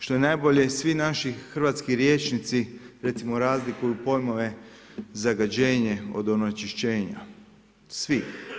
Što je najbolje, svi naši hrvatski rječnici, recimo razliku pojmove zagađenje od onečišćenja, svi.